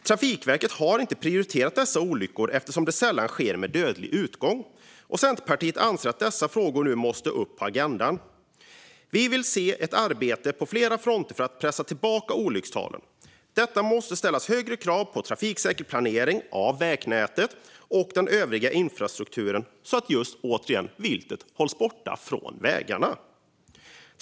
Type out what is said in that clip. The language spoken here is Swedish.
Trafikverket har inte prioriterat dessa olyckor eftersom de sällan får dödlig utgång, och Centerpartiet anser att dessa frågor nu måste upp på agendan. Vi vill se ett arbete på flera fronter för att pressa tillbaka olyckstalen. Återigen: Det måste ställas högre krav på trafiksäker planering av vägnätet och den övriga infrastrukturen så att viltet hålls borta från vägarna.